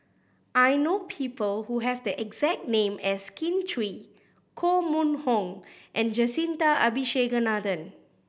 I know people who have the exact name as Kin Chui Koh Mun Hong and Jacintha Abisheganaden